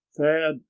thad